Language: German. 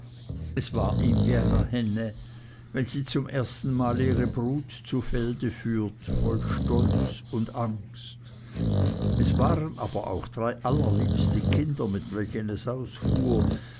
es war ihm wie einer henne wenn sie zum ersten male ihre brut zu felde führt voll stolz und angst es waren aber auch drei allerliebste kinder mit welchen es ausfuhr